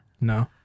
No